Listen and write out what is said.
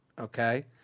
okay